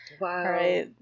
Wow